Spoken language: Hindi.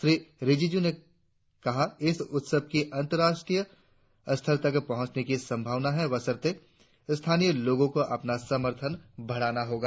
श्री रिजिजू ने कहा इस उत्सव की अंतर्राष्ट्रीय स्तर तक पहुंचने की संभावना है वशर्ते स्थानीय लोगों को अपना समर्थन बढ़ाना होगा